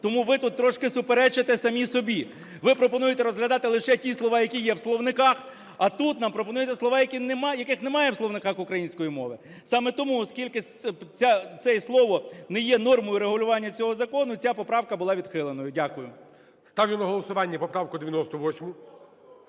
Тому ви тут трошки суперечите самі собі. Ви пропонуєте розглядати лише ті слова, які є в словниках, а тут нам пропонуєте слова, яких немає у словниках української мови. Саме тому, оскільки це слово не є нормою регулювання цього закону, ця поправка була відхиленою. Дякую. ГОЛОВУЮЧИЙ. Ставлю на голосування поправку 98.